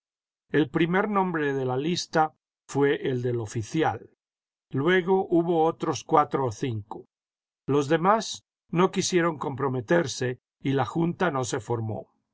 el primer nombre de la lista fué el del oficial luego hubo otros cuatro o cinco los demás no quisieron comprometerse y la junta no se formó